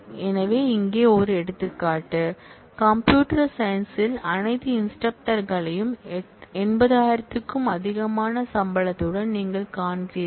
எனவே இங்கே ஒரு எடுத்துக்காட்டு கம்பியூட்டர் சயின்ஸ்ல் அனைத்து இன்ஸ்ட்ரக்டர்களையும் 80000 க்கும் அதிகமான சம்பளத்துடன் நீங்கள் காண்கிறீர்கள்